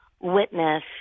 witness